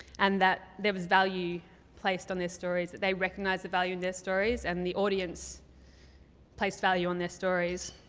and that there was value placed on their stories, that they recognized the value in their stories, and the audience placed value on their stories.